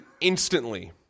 instantly